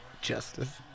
Justice